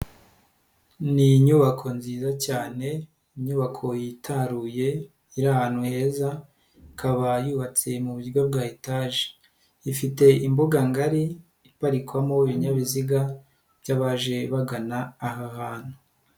Ni inyubako nziza cyane, inyubako yitaruye iri ahantu heza, ikaba yubatse mu buryo bwa etaje. Ifite imbuga ngari iparikwamo ibinyabiziga by'abaje bagana aha hantu.